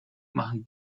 machen